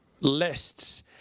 lists